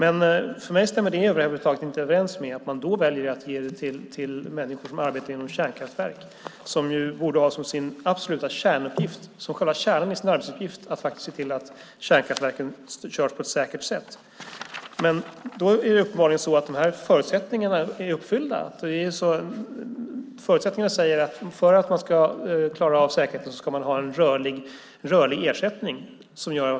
För mig stämmer det över huvud taget inte överens med att man då väljer att ge det till människor som arbetar på kärnkraftverk. De borde ha som sin absoluta kärnuppgift att se till att kärnkraftverken körs på ett säkert sätt. Uppenbarligen är förutsättningarna uppfyllda här. För att man ska kunna garantera säkerheten ska man ha en rörlig ersättning.